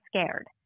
scared